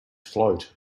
float